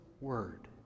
Word